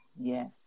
Yes